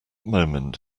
moment